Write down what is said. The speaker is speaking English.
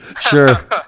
Sure